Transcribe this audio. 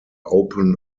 open